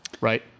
Right